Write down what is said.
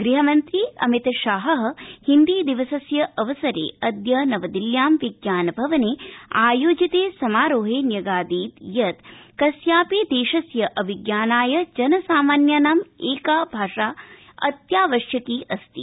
गृहमन्त्री अमितशाह हिन्दी दिवसस्यावसरे अद्य नवदिल्ल्यां विज्ञानभवने आयोजिते समारोहे न्यगादीतु यतु कस्यापि देशस्य अभिज्ञानाय जन सामान्यानामु एका भाषा अत्यावश्यकी अस्ति